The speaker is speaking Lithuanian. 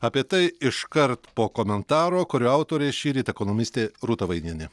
apie tai iškart po komentaro kurio autorė šįryt ekonomistė rūta vainienė